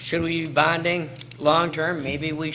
should we finding long term maybe we